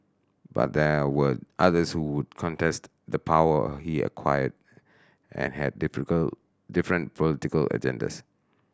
but there were others who contest the power he acquired and had difficult different political agendas